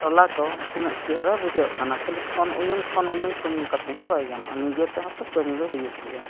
ᱴᱚᱞᱟ ᱠᱚ ᱛᱤᱱᱟᱹᱜ ᱪᱮᱦᱨᱟ ᱵᱩᱡᱷᱟᱹᱜ ᱠᱟᱱᱟ ᱠᱷᱟᱹᱞᱤ ᱯᱷᱳᱱ ᱩᱭᱩᱝ ᱯᱷᱳᱱ ᱩᱭᱩᱝ ᱥᱩᱢᱩᱝ ᱠᱟᱛᱮᱫ ᱦᱚᱸ ᱵᱟᱭ ᱜᱟᱱᱚᱜᱼᱟ ᱱᱤᱡᱮ ᱛᱮᱦᱚᱸ ᱛᱚ ᱠᱟᱹᱢᱤ ᱫᱚ ᱦᱩᱭᱩᱜ ᱜᱮᱭᱟ